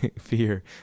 fear